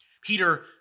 Peter